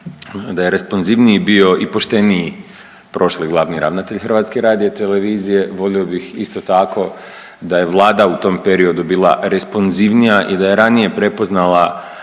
da je responzivniji bio i pošteniji prošli glavni ravnatelj HRT-a, volio bih isto tako da je Vlada u tom periodu bila responzivnija i da je ranije prepoznala